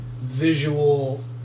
visual